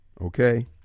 okay